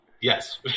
Yes